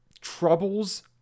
Troubles